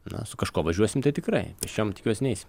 na su kažkuo važiuosim tai tikrai pėsčiom tikiuos neisim